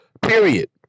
Period